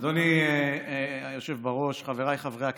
אדוני היושב בראש, חבריי חברי הכנסת,